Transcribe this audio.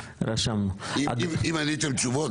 היא טענה ביום חמישי.